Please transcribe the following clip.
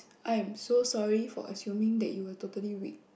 I am so sorry for assuming that you were totally weak